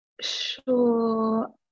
sure